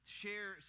share